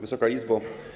Wysoka Izbo!